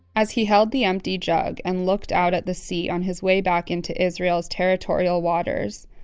as he held the empty jug, and looked out at the sea on his way back into israel's territorial waters,